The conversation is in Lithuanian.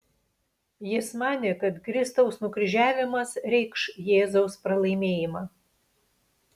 jis manė kad kristaus nukryžiavimas reikš jėzaus pralaimėjimą